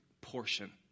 portion